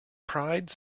pride